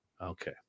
Okay